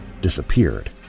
disappeared